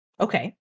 Okay